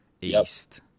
east